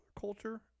culture